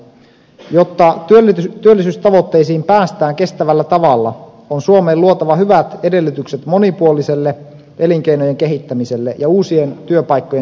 jotta työllisyystavoitteisiin päästään kestävällä tavalla on suomeen luotava hyvät edellytykset monipuoliselle elinkeinojen kehittämiselle ja uusien työpaikkojen syntymiselle